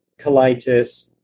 colitis